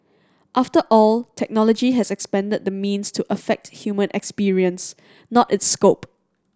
after all technology has expanded the means to affect human experience not its scope